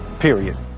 period.